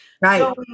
right